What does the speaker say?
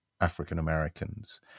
African-Americans